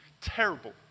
Terrible